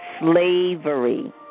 Slavery